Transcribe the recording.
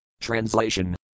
Translation